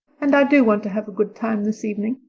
and i do want to have a good time this evening.